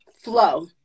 flow